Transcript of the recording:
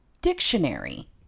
dictionary